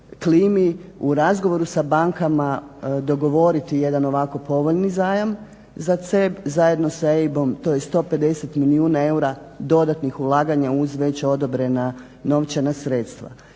u razgovoru sa bankama dogovoriti jedan ovako povoljni zajam za CEB zajedno sa EIB-om to je 150 milijuna eura dodatnih ulaganja, uz već odobrena novčana sredstva.